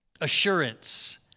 assurance